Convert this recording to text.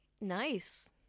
Nice